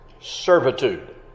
servitude